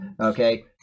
Okay